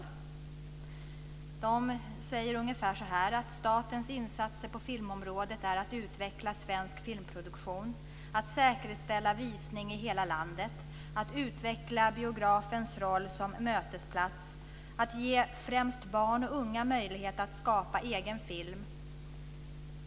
I dem står det ungefär så här: Statens insatser på filmområdet är att utveckla svensk filmproduktion, att säkerställa visning i hela landet, att utveckla biografens roll som mötesplats och att ge främst barn och unga möjlighet att skapa egen film.